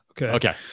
Okay